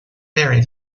vary